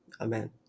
Amen